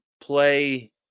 play